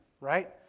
right